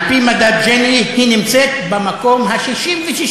על-פי מדד ג'יני היא נמצאת במקום ה-66.